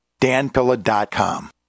danpilla.com